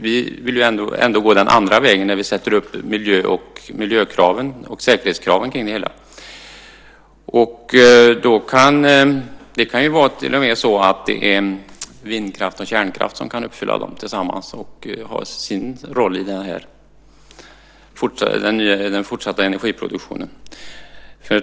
Vi vill gå den andra vägen när vi sätter upp miljökrav och säkerhetskrav kring det hela. Det kan till och med vara så att det är vindkraft och kärnkraft som kan uppfylla dem tillsammans. De kan ha sin roll i den fortsatta energiproduktionen.